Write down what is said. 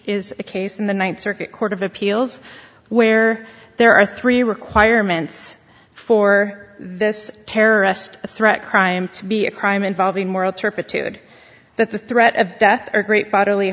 is a case in the ninth circuit court of appeals where there are three requirements for this terrorist threat crime to be a crime involving moral turpitude that the threat of death or great bodily